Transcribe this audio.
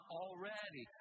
already